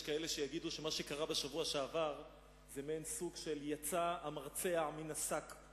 יש כאלה שיגידו שמה שקרה בשבוע שעבר זה מעין סוג של יצא המרצע מן השק,